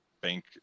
bank